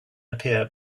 appear